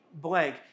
blank